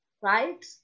right